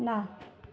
न